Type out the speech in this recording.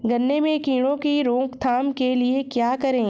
गन्ने में कीड़ों की रोक थाम के लिये क्या करें?